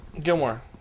Gilmore